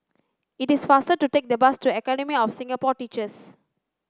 it is faster to take the bus to Academy of Singapore Teachers